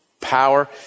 power